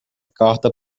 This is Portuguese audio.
carta